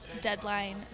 deadline